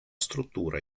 struttura